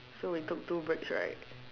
so we took two breaks right